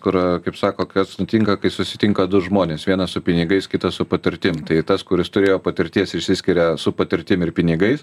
kur kaip sako kas nutinka kai susitinka du žmonės vienas su pinigais kitas su patirtim tai tas kuris turėjo patirties išsiskiria su patirtim ir pinigais